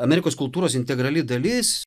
amerikos kultūros integrali dalis